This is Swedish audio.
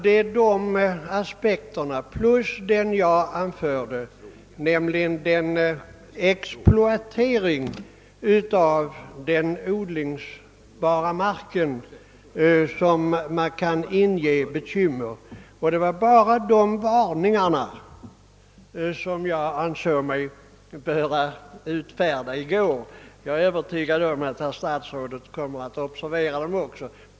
Det är de aspekterna plus den som jag tidigare nämnde, alltså exploateringen av den odlingsbara marken, som kan inge bekymmer. Det var sådana varningar som jag ansåg mig böra uttala i går. Jag är övertygad om att även herr statsrådet kommer att observera dessa saker.